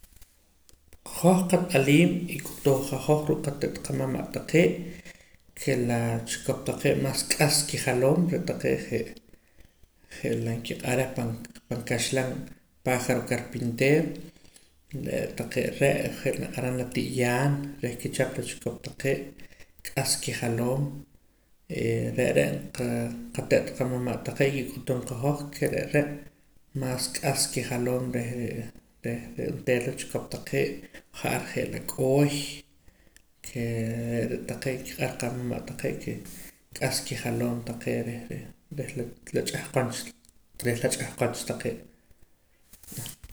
Hoj qat'aliim y k'utuuj qahoj ruu' qate't qamama' taqee' ke la chikop taqee' más k'as kijaloom re' taqee' je' je' la nkiq'ar reh pan kaxlan pájaro carpintero re' taqee' re' je' naq'aram la ti'yaan reh kichap la chikop taqee' k'as kijaloom e re' re' qa qate't qamama' taqee' kik'utum qahoj ke re' re' más k'as kijaloom reh re' reh re' onteera la chikop taqee' ja'ar je' la k'ooy kee re' taqee' nkiq'ar qamama' taqee' ke k'as kijaloom taqee' reh reh reh la ch'ahqon cha reh la ch'ahqon cha taqee'